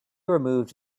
removed